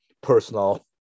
personal